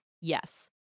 Yes